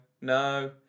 no